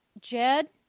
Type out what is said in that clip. Jed